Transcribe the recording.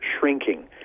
shrinking